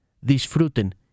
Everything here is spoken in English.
disfruten